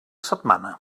setmana